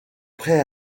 prêt